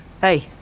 Hey